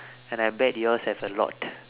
and I bet yours have a lot